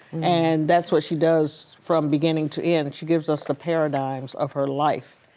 and that's what she does from beginning to end and she gives us the paradigms of her life.